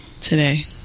today